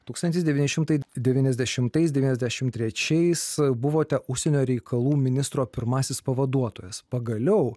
tūkstantis devyni šimtai devyniasdešimtais devyniasdešim trečiais buvote užsienio reikalų ministro pirmasis pavaduotojas pagaliau